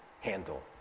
handle